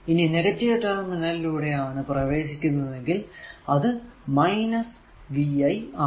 ഇനി negative terminal ലൂടെ യാണ് പ്രവേശിക്കുന്നതെങ്കിൽ അത് vi ആണ്